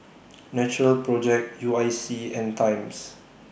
Natural Project U I C and Times